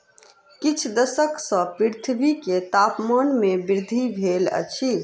किछ दशक सॅ पृथ्वी के तापमान में वृद्धि भेल अछि